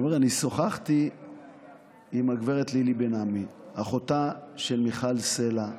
שוחחתי עם גב' לילי בן עמי, אחותה של מיכל סלה,